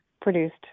produced